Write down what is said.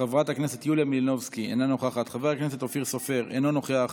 חברת הכנסת יוליה מלינובסקי, אינה נוכחת,